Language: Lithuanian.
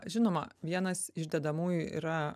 žinoma vienas iš dedamųjų yra